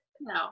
no